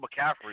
McCaffrey